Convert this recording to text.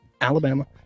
Alabama